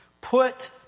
Put